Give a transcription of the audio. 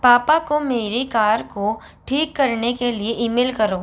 पापा को मेरी कार को ठीक करने के लिए ई मेल करो